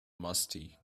musty